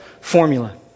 formula